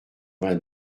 vingt